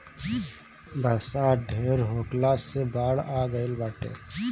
बरसात ढेर होखला से बाढ़ आ गइल बाटे